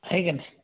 आहे की नाही